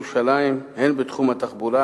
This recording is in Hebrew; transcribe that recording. ירושלים הן בתחום התחבורה